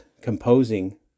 composing